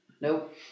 nope